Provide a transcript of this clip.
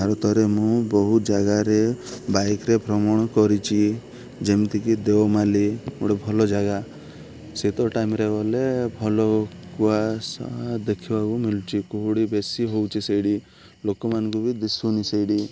ଭାରତରେ ମୁଁ ବହୁତ ଜାଗାରେ ବାଇକ୍ରେ ଭ୍ରମଣ କରିଛି ଯେମିତିକି ଦେଓମାଳି ଗୋଟେ ଭଲ ଜାଗା ସେତବେଳ ଟାଇମ୍ରେ ଗଲେ ଭଲ କୁଆ ସ ଦେଖିବାକୁ ମିଳୁଛି କୁହୁଡ଼ି ବେଶୀ ହେଉଛି ସେଇଠି ଲୋକମାନଙ୍କୁ ବି ଦିଶୁନି ସେଇଠି